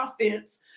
offense